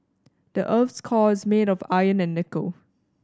the earth's core is made of iron and nickel